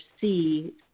see